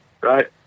Right